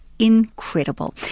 incredible